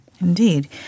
indeed